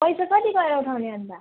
पैसा कति गरेर उठाउने अनि